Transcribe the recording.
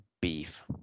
beef